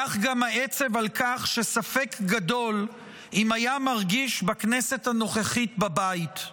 כך גם העצב על כך שספק גדול אם היה מרגיש בכנסת הנוכחית בבית.